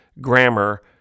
Grammar